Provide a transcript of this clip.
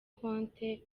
konti